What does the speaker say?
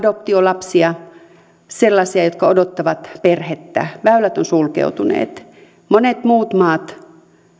adoptiolapsia sellaisia jotka odottavat perhettä väylät ovat sulkeutuneet monet muut maat